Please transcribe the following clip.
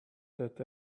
that